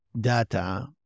data